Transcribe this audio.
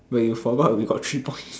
but you forgot we got three point